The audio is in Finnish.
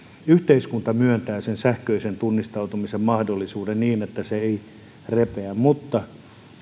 yhteiskunta myöntää sen sähköisen tunnistautumisen mahdollisuuden niin että se ei repeä mutta